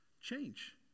change